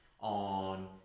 on